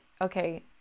okay